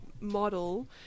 model